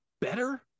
better